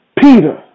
Peter